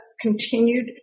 continued